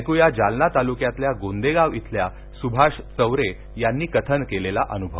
ऐक्या जालना तालुक्यातल्या गोंदेगाव इथल्या सुभाष चवरे यांनी कथन केलेला अनुभव